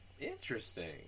Interesting